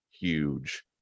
huge